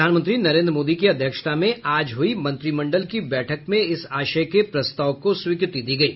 प्रधानमंत्री नरेन्द्र मोदी की अध्यक्षता में आज हुई मंत्रिमंडल की बैठक में इस आशय के प्रस्ताव को स्वीकृति दी गयी